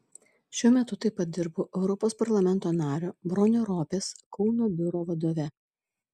šiuo metu taip pat dirbu europos parlamento nario bronio ropės kauno biuro vadove